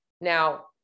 Now